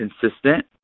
consistent